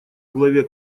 главе